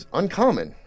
uncommon